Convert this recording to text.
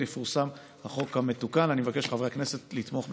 אדוני היושב-ראש, חבריי חברי הכנסת, בחוק-יסוד: